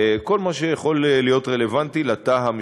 כל מה שיכול להיות רלוונטי לתא המשפחתי.